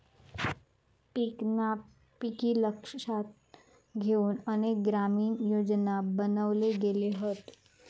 पीक नापिकी लक्षात घेउन अनेक ग्रामीण योजना बनवले गेले हत